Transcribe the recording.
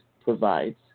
provides